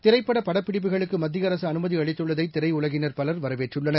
திரைப்படபடப்பிடிப்புகளுக்குமத்திய அரசு அனுமதி அளித்துள்ளதைதிரையுலகினர் பலர் வரவேற்றுள்ளனர்